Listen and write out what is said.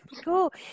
cool